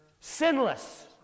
Sinless